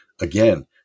again